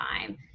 time